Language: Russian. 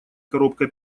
коробка